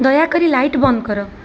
ଦୟାକରି ଲାଇଟ୍ ବନ୍ଦ କର